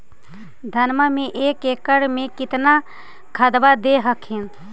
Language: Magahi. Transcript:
धनमा मे एक एकड़ मे कितना खदबा दे हखिन?